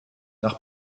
nach